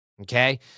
okay